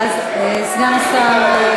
אז סגן השר,